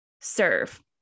serve